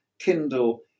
Kindle